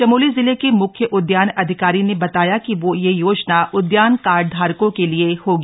चमोली जिले के मुख्य उद्यान अधिकारी ने बताया कि यह योजना उदयान कार्डधारकों के लिए होगी